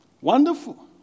Wonderful